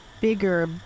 bigger